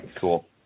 cool